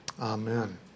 Amen